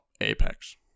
Apex